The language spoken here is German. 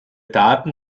daten